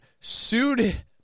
sued